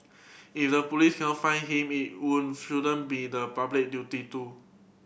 if the police cannot find him it would shouldn't be the public duty to